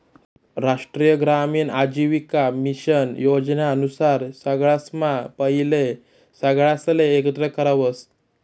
राष्ट्रीय ग्रामीण आजीविका मिशन योजना नुसार सगळासम्हा पहिले सगळासले एकत्र करावस